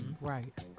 Right